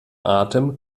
atem